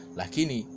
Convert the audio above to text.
lakini